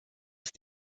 ist